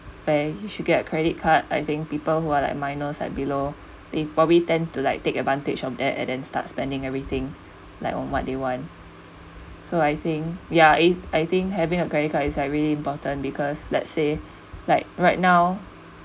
where you should get a credit card I think people who are like minus like below they probably tend to like take advantage of that and then start spending everything like on what they want so I think ya eight~ I think having a credit card is really important because let's say like right now